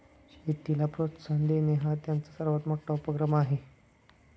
शेतीला प्रोत्साहन देणे हा त्यांचा सर्वात मोठा उपक्रम आहे